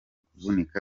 kuvunika